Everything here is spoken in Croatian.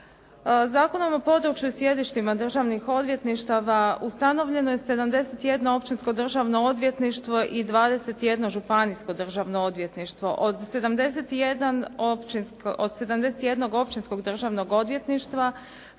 Zakonom o području i sjedištima državnih odvjetništava ustavljeno je 71. općinsko državno odvjetništvo i 21 županijsko državno odvjetništvo. Od 71. općinskog državnog odvjetništva